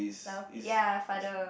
lao ya father